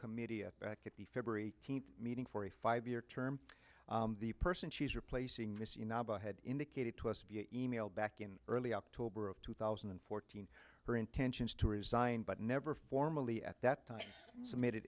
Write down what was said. committee back at the february eighteenth meeting for a five year term the person she's replacing had indicated to us via email back in early october of two thousand and fourteen her intentions to resign but never formally at that time and submitted